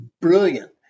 brilliant